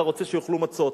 אתה רוצה שיאכלו מצות.